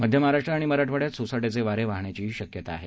मध्य महाराष्ट्र आणि मराठवाड्यात सोसाट्याचे वारे वाहण्याचीही शक्यता आहे